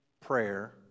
prayer